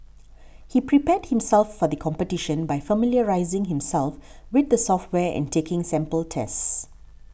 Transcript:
he prepared himself for the competition by familiarising himself with the software and taking sample tests